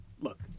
Look